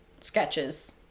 sketches